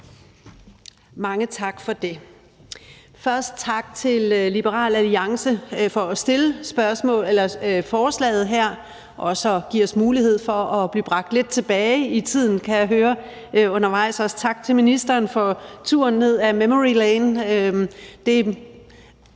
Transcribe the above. Mange tak for det. Først tak til Liberal Alliance for at fremsætte forslaget her og for at give os mulighed for at blive bragt lidt tilbage i tiden, kan jeg høre. Også tak til ministeren for turen ned ad memory lane. Det er